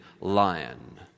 lion